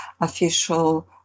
official